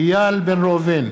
איל בן ראובן,